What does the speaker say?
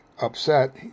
upset